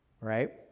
right